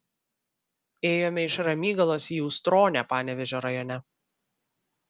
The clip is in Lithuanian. ėjome iš ramygalos į ustronę panevėžio rajone